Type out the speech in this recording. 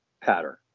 pattern